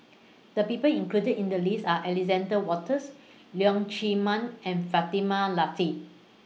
The People included in The list Are Alexander Wolters Leong Chee Mun and Fatimah Lateef